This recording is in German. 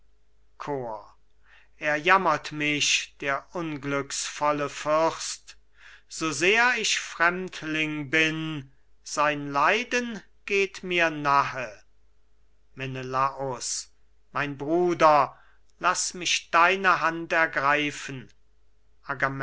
er jammert mich der unglücksvolle fürst so sehr ich fremdling bin sein leiden geht mir nahe menelaus mein bruder laß mich deine hand ergreifen